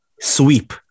sweep